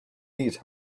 these